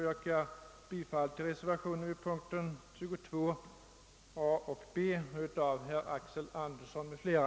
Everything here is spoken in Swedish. Jag yrkar bifall till reservationerna 4 a och 4b av herr Axel Andersson m.fl.